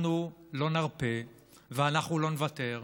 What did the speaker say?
אנחנו לא נרפה ואנחנו לא נוותר.